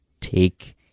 take